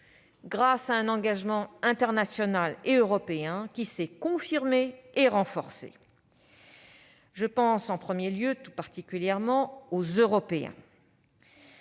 grâce à un engagement international et européen qui s'est confirmé et renforcé. Je pense en premier lieu tout particulièrement aux Européens,